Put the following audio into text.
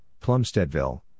Plumsteadville